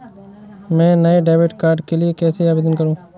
मैं नए debit card के लिए कैसे आवेदन करूं?